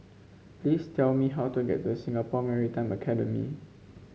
please tell me how to get to Singapore Maritime Academy